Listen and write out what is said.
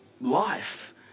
life